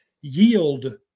yield